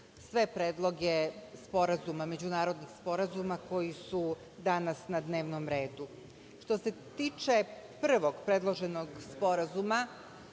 sve predloge međunarodnih sporazuma koji su danas na dnevnom redu. Što se tiče prvog predloženog sporazuma